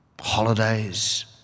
holidays